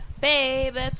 baby